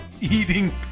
eating